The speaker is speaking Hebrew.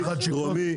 דרומי,